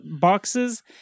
boxes